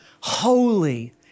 holy